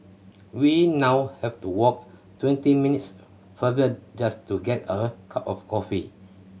we now have to walk twenty minutes farther just to get a cup of coffee